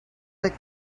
but